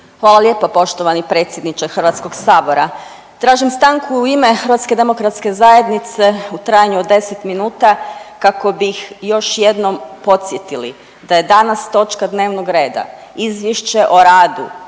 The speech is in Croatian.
Hvala lijepa poštovani predsjedniče Hrvatskog sabora. Tražim stanku u ime HDZ-a u trajanju od 10 minuta kako bih još jednom podsjetili da je danas točka dnevnog reda Izvješće o radu